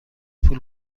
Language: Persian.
پول